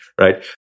right